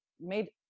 made